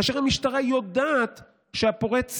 כאשר המשטרה יודעת שהפורץ